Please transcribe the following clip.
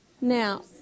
Now